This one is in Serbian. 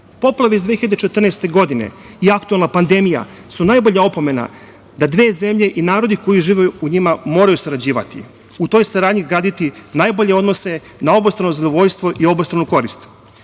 usluga. Poplave iz 2014. godine i aktuelna pandemija su najbolja opomena da dve zemlje i narodi koji žive u njima, moraju sarađivati. U toj saradnji graditi najbolje odnose, na obostrano zadovoljstvo i obostranu korist. Posebno